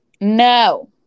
No